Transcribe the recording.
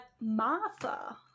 Martha